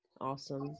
Awesome